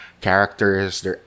characters